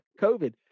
COVID